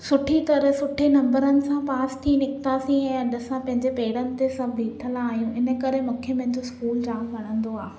सुठी तरह सुठे नम्बरनि सां पास थी निकितासीं ऐं अॼु असां पंहिंजे पेरनि ते सभु बीठल आहियूं इन करे मूंखे पंहिंजो स्कूल जाम वणंदो आहे